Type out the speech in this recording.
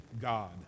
God